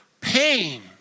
pain